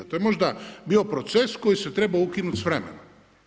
To je možda bio proces koji se trebao ukinuti s vremenom.